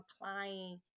applying